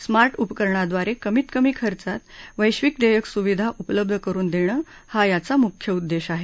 smart उपकरणांद्वारे कमीत कमी खर्चात वैशिक देयक सुविधा उपलब्ध करुन देणं हा याचा मुख्य उद्देश आहे